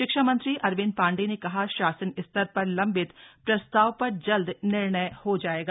शिक्षा मंत्री अरविंद पांडेय ने कहा शासन स्तर पर लंबित प्रस्ताव पर जल्द निर्णय हो जायेगा